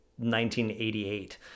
1988